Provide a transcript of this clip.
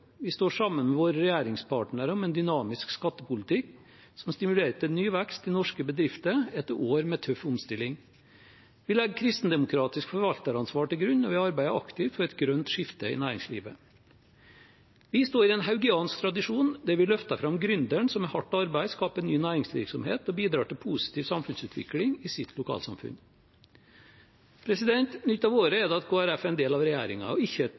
Vi står sammen med våre regjeringspartnere om en dynamisk skattepolitikk som stimulerer til ny vekst i norske bedrifter etter år med tøff omstilling. Vi legger kristendemokratisk forvalteransvar til grunn når vi arbeider aktivt for et grønt skifte i næringslivet. Vi står i en haugiansk tradisjon der vi løfter fram gründeren som med hardt arbeid skaper ny næringsvirksomhet og bidrar til positiv samfunnsutvikling i sitt lokalsamfunn. Nytt av året er det at Kristelig Folkeparti er en del av regjeringen, og ikke